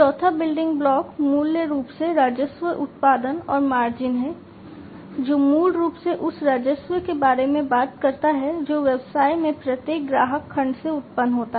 चौथा building block मूल रूप से राजस्व उत्पादन और मार्जिन है जो मूल रूप से उस राजस्व के बारे में बात करता है जो व्यवसाय में प्रत्येक ग्राहक खंड से उत्पन्न होता है